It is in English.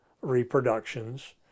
reproductions